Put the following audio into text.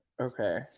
Okay